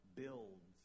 builds